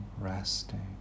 resting